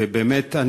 ובאמת,